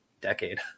decade